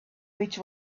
which